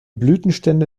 blütenstände